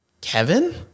Kevin